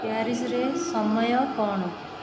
ପ୍ୟାରିସରେ ସମୟ କଣ